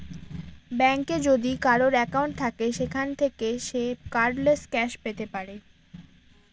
ব্যাঙ্কে যদি কারোর একাউন্ট থাকে সেখান থাকে সে কার্ডলেস ক্যাশ পেতে পারে